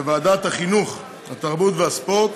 בוועדת החינוך, התרבות והספורט,